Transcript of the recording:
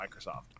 Microsoft